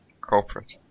corporate